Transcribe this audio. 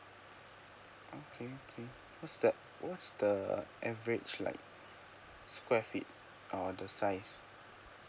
okay okay what's that what's the average like square feet or the size